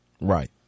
Right